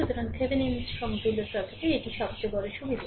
সুতরাং থেভেনিনের সমতুল্য সার্কিটের এটিই সবচেয়ে বড় সুবিধে